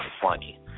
funny